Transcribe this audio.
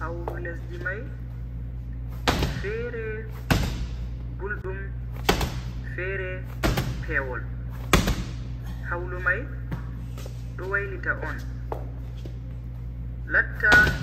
Hawlu lesdi mai hedi fere guldum fere pewol. Hawlu mai do wailita on. latta